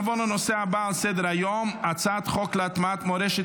נעבור לנושא הבא על סדר-היום הצעת חוק להטמעת מורשת